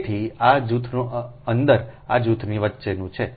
તેથી આ જૂથની અંદર આ જૂથની વચ્ચેનું છે